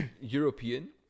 European